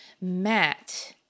Matt